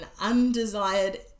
undesired